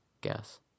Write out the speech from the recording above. guess